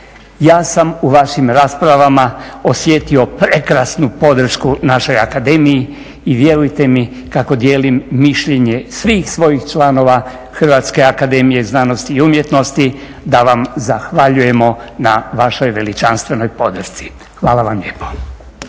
Ja sam u vašim raspravama osjetio prekrasnu podršku našoj Akademiji i vjerujte mi kako dijelim mišljenje svih svojih članova Hrvatske akademije znanosti i umjetnosti da vam zahvaljujemo na vašoj veličanstvenoj podršci. Hvala vam lijepo.